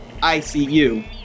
ICU